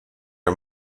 are